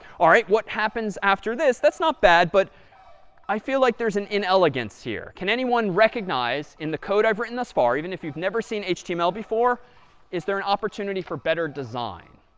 all right. what happens after this? that's not bad, but i feel like there's an inelegance here. can anyone recognize in the code i've written thus far, even if you've never seen html before is there an opportunity for better design?